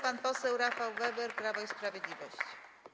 Pan poseł Rafał Weber, Prawo i Sprawiedliwość.